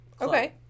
Okay